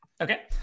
okay